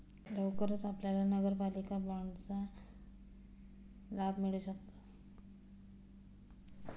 लवकरच आपल्याला नगरपालिका बाँडचा लाभ मिळू शकतो